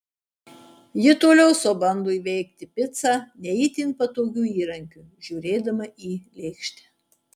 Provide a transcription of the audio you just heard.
ji toliau sau bando įveikti picą ne itin patogiu įrankiu žiūrėdama į lėkštę